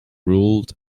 ruled